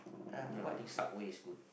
no I think Subway is good